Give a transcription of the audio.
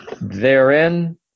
therein